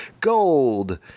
gold